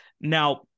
Now